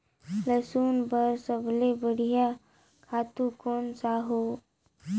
लसुन बार सबले बढ़िया खातु कोन सा हो?